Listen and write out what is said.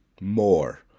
More